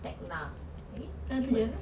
tecna lagi lima sahaja